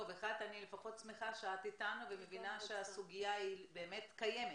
אני לפחות שמחה שאת איתנו ומבינה שהסוגיה היא באמת קיימת,